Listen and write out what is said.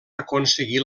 aconseguir